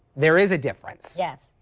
there is a difference. yes,